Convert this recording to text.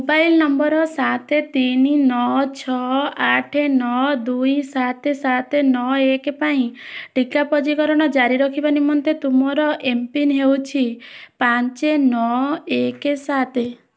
mobile number ସାତେ ତିନି ନଅ ଛଅ ଆଠେ ନଅ ଦୁଇ ସାତେ ସାତେ ନଅ ଏକେ ପାଇଁ ଟିକା ପଞ୍ଜୀକରଣ ଜାରି ରଖିବା ନିମନ୍ତେ ତୁମର ଏମ୍ପିନ୍ ହେଉଛି ପାଞ୍ଚେ ନଅ ଏକେ ସାତେ